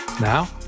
Now